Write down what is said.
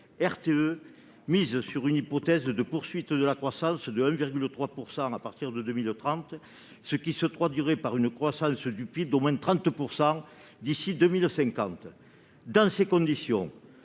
RTE mise sur une hypothèse de poursuite de la croissance de 1,3 % à partir de 2030, ce qui se traduirait par une croissance du PIB d'au moins 30 % d'ici à 2050. Dans ces conditions,